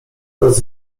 raz